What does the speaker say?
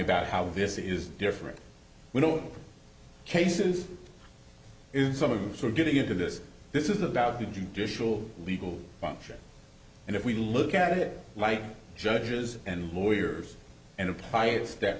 about how this is different we don't cases some of them are getting into this this is about the judicial legal function and if we look at it right judges and lawyers and apply it step